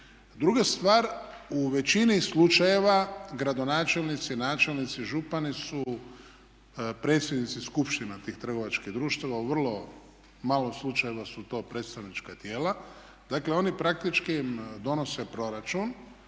Druga stvar, u većini slučajeva gradonačelnici, načelnici, župani su predsjednici skupština tih trgovačkih društava, u vrlo malo slučajeva su to predstavnička tijela. Dakle oni praktički donose proračun,